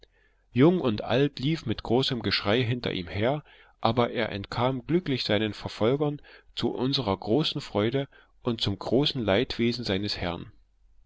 jung und alt lief mit großem geschrei hinter ihm her aber er entkam glücklich seinen verfolgern zu unserer großen freude und zum großen leidwesen seines herrn